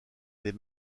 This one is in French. les